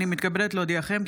הינני מתכבדת להודיעכם,